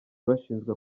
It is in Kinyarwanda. bashinjwa